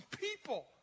people